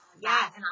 Yes